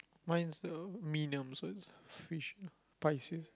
mine is uh so its fish Pisces